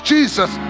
Jesus